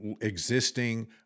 existing